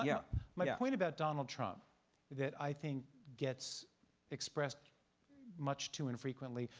yeah my point about donald trump that i think gets expressed much too infrequently,